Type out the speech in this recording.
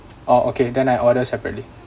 orh okay then I order separately